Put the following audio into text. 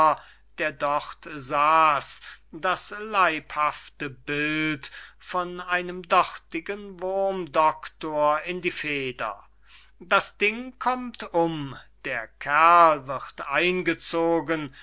der dort sas das leibhafte bild von einem dortigen wurmdoktor in die feder das ding kommt um der kerl wird eingezogen